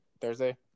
Thursday